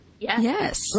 Yes